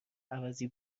عوضی